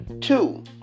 two